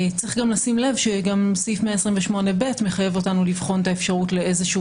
צריך לשים לב שסעיף 128ב מחייב אותנו לבחון את האפשרות לאיזשהו